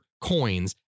coins